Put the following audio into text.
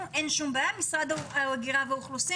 הבעיה אצל משרד ההגירה והאוכלוסין,